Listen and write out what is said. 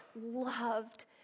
loved